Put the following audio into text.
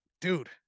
Dude